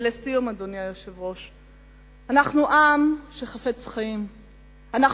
ולסיום, אדוני היושב-ראש, עם שחפץ חיים אנחנו.